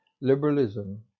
Liberalism